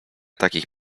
takich